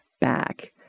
back